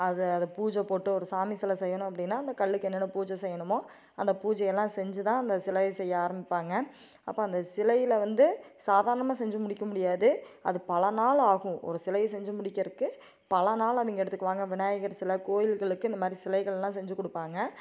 அதை அதை பூஜை போட்டு ஒரு சாமி செலை செய்யணும் அப்படின்னா அந்த கல்லுக்கு என்னென்ன பூஜை செய்யணுமோ அந்த பூஜையெல்லாம் செஞ்சுதான் அந்த சிலையை செய்ய ஆரமிப்பாங்க அப்போ அந்த சிலையில் வந்து சாதாரணமாக செஞ்சு முடிக்க முடியாது அது பல நாள் ஆகும் ஒரு சிலையை செஞ்சு முடிக்கிறதுக்கு பல நாள் அவங்க எடுத்துக்குவாங்க விநாயகர் சிலை கோயிகளுக்கு இந்தமாதிரி சிலைகளெலாம் செஞ்சு கொடுப்பாங்க